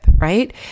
Right